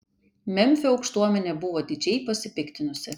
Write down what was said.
memfio aukštuomenė buvo didžiai pasipiktinusi